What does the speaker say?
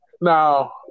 Now